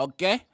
Okay